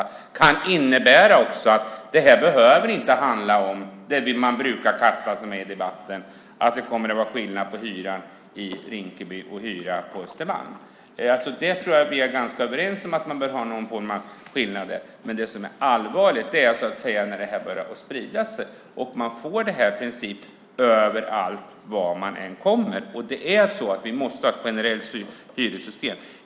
Det kan också innebära att det här inte behöver handla om det man brukar slänga sig med i debatten, nämligen att det kommer att vara skillnad mellan hyrorna i Rinkeby och på Östermalm. Jag tror att vi är ganska överens om att man behöver ha någon form av skillnader, men det som är allvarligt är när det här börjar sprida sig och man får det här i princip överallt, vart man än kommer. Det är så att vi måste ha ett generellt hyressystem.